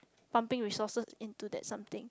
pumping resources into that something